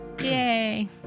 Yay